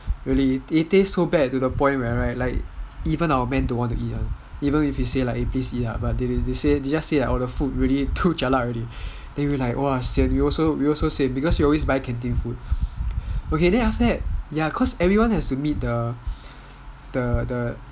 really it taste so bad to the point right like even our men don't want to eat [one] even if they say we say please eat lah but they say the food really too jialat already then we're like !wah! sian we also sian cause we always buy canteen food then after that cause everyone has to meet the